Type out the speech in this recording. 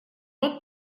not